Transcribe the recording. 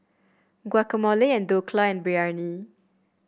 Guacamole and Dhokla Biryani